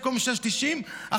במקום 6.90 ש"ח,